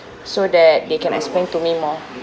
so that they can explain to me more